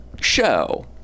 show